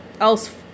else